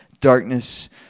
darkness